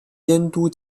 监督